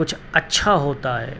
کچھ اچھا ہوتا ہے